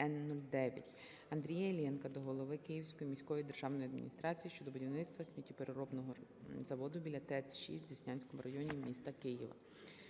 Н-09. Андрія Іллєнка до голови Київської міської державної адміністрації щодо будівництва сміттєпереробного заводу біля ТЕЦ-6 в Деснянському районі міста Києва.